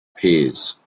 peers